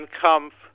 Kampf